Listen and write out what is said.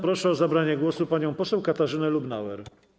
Proszę o zabranie głosu panią poseł Katarzynę Lubnauer.